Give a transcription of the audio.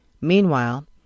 Meanwhile